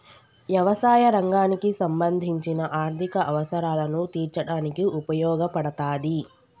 యవసాయ రంగానికి సంబంధించిన ఆర్ధిక అవసరాలను తీర్చడానికి ఉపయోగపడతాది